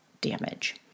damage